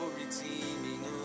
redeeming